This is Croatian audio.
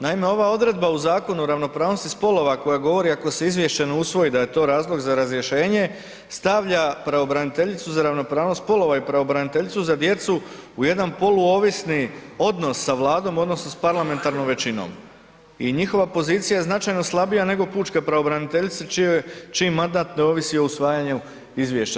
Naime, ova odredba u Zakonu o ravnopravnosti spolova koja govori ako se izvješće ne usvoji da je to razlog za razrješenje, stavlja pravobraniteljicu za ravnopravnost spolova i pravobraniteljicu za djecu, u jedan poluovisni odnos sa Vladom odnosno sa parlamentarnom većinom i njihova je pozicija značajno slabija nego pučke pravobraniteljice čiji mandat ne ovisi o usvajanju izvješća.